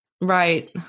Right